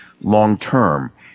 long-term